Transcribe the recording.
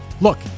look